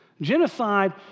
Genocide